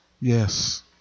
Yes